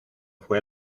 fue